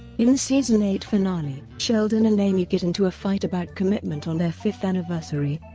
in the season eight finale, sheldon and amy get into a fight about commitment on their fifth anniversary.